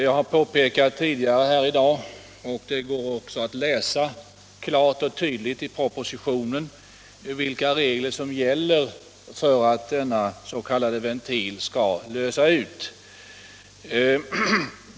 Jag har påpekat tidigare i dag, och det går också att läsa klart och tydligt i propositionen, vilka regler som gäller för att denna s.k. ventil skall lösa ut.